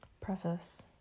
Preface